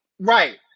right